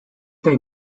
they